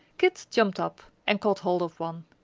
kit jumped up and caught hold of one.